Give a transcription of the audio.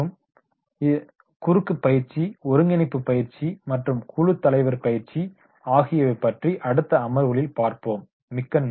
மேலும் குறுக்கு பயிற்சி ஒருங்கிணைப்பு பயிற்சி மற்றும் குழு தலைவர் பயிற்சி ஆகியவை பற்றி அடுத்த அமர்வுகளில் பார்ப்போம் மிக்க நன்றி